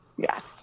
Yes